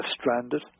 stranded